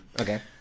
Okay